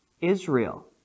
Israel